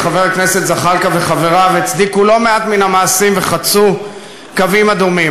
וחבר הכנסת זחאלקה וחבריו הצדיקו לא מעט מן המעשים וחצו קווים אדומים.